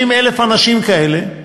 30,000 אנשים כאלה,